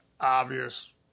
obvious